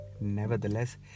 Nevertheless